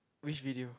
which video